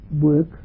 work